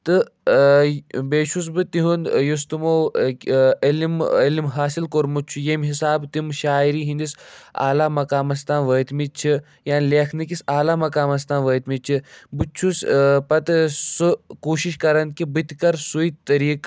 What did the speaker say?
تہٕ بیٚیہِ چھُس بہٕ تِہُنٛد یُس تِمو علم علم حاصِل کوٚرمُت چھُ ییٚمہِ حِسابہٕ تِم شاعری ہِنٛدِس اعلیٰ مقامَس تام وٲتۍمٕتۍ چھِ یا لیٚکھ نہٕ کِس اعلیٰ مقامَس تام وٲتۍمٕتۍ چھِ بہٕ تہِ چھُس پَتہٕ سُہ کوٗشِش کران کہِ بہٕ تہِ کَرٕ سُے طریٖقہٕ